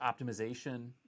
optimization